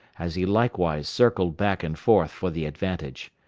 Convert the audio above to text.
as he likewise circled back and forth for the advantage.